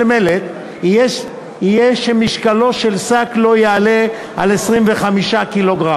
מלט יהיה שמשקלו של שק מלט לא יעלה על 25 קילוגרם.